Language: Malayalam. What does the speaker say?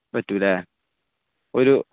പറ്റും അല്ലേ ഒരു